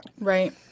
Right